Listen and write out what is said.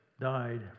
died